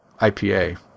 IPA